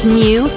new